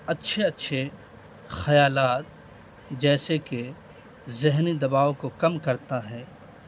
اچھے اچھے خیالات جیسے کہ ذہنی دباؤ کو کم کرتا ہے